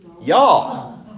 Y'all